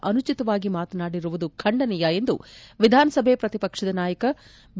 ಅನುಚಿತವಾಗಿ ಮಾತನಾಡಿರುವುದು ಖಂಡನೀಯ ಎಂದು ವಿಧಾನ ಸಭೆ ಪ್ರತಿ ಪಕ್ಷನಾಯಕ ಬಿ